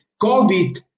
COVID